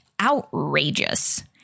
outrageous